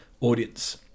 audience